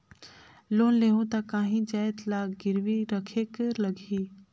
Loan लेहूं ता काहीं जाएत ला गिरवी रखेक लगही?